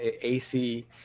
AC